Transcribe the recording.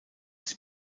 sie